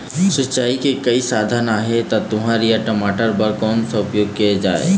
सिचाई के कई साधन आहे ता तुंहर या टमाटर बार कोन सा के उपयोग किए जाए?